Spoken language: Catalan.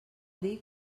dir